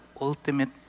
ultimate